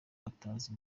batazi